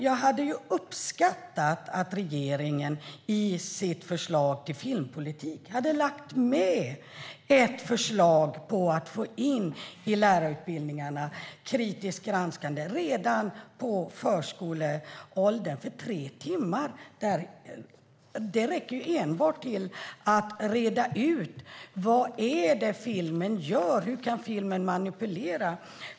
Jag hade uppskattat om regeringen i förslaget till filmpolitik hade lagt med att få in kritiskt granskande i lärarutbildningarna redan för förskoleåldern. Tre timmar räcker enbart till att reda ut vad en film gör och hur en film kan manipulera.